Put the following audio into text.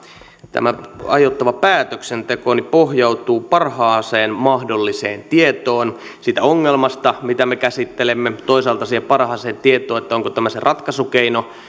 tämä aiottava päätöksenteko pohjautuu parhaaseen mahdolliseen tietoon siitä ongelmasta mitä me käsittelemme toisaalta siihen parhaaseen tietoon onko tämä se ratkaisukeino